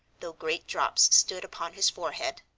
though great drops stood upon his forehead,